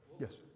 Yes